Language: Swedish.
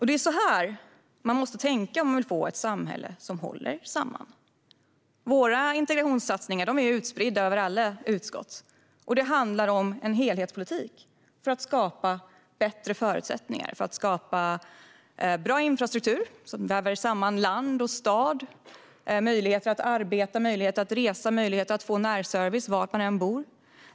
Det är så här man måste tänka om man vill ha ett samhälle som håller samman. Våra integrationssatsningar är utspridda över alla utskott. Det handlar om en helhetspolitik för att skapa bättre förutsättningar, bättre infrastruktur som väver samman land och stad, bättre möjligheter att arbeta, resa och få närservice var man än bor.